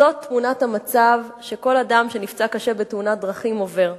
זאת תמונת המצב שכל אדם שנפצע קשה בתאונת דרכים עובר.